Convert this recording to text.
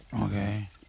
Okay